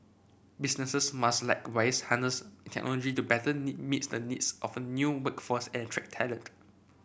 businesses must likewise harness technology to better meet the needs of a new workforce and attract talent